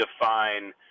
define